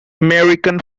american